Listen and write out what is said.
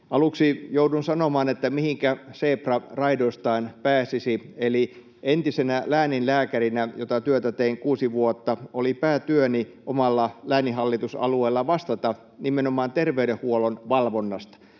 Aluksi joudun sanomaan, että mihinkä seepra raidoistaan pääsisi, eli entisenä lääninlääkärinä, jota työtä tein kuusi vuotta, oli päätyöni omalla lääninhallitusalueella vastata nimenomaan terveydenhuollon valvonnasta.